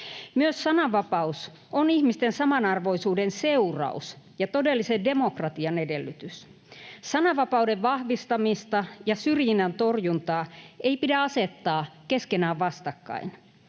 Myös sananvapaus on ihmisten samanarvoisuuden seuraus ja todellisen demokratian edellytys. Sananvapauden vahvistamista ja syrjinnän torjuntaa ei pidä asettaa keskenään vastakkain.